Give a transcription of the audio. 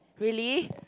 really